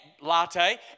latte